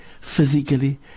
physically